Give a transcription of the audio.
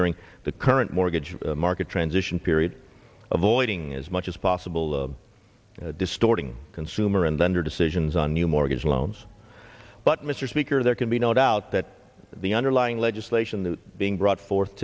during the current mortgage market transition period of voiding as much as possible distorting consumer and under decisions on new mortgage loans but mr speaker there can be no doubt that the underlying legislation the being brought forth